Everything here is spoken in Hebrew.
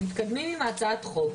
מתקדמים עם הצעת החוק,